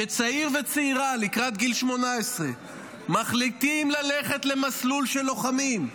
שצעיר וצעירה לקראת גיל 18 מחליטים ללכת למסלול של לוחמים,